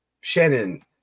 Shannon